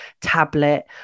tablet